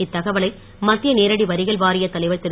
இத்தகவலை மத்திய நேரடி வரிகள் வாரிய தலைவர் திரு